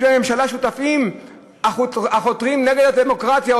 בממשלה שותפים החותרים נגד הדמוקרטיה",